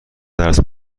درس